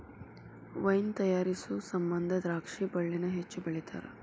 wine ತಯಾರಿಸು ಸಮಂದ ದ್ರಾಕ್ಷಿ ಬಳ್ಳಿನ ಹೆಚ್ಚು ಬೆಳಿತಾರ